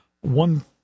one-